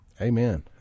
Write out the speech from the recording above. amen